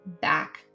back